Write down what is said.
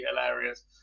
hilarious